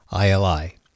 ILI